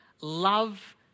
Love